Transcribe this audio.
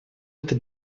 этот